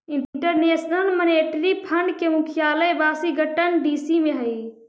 international monetary fund के मुख्यालय Washington DC में हई